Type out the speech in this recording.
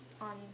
on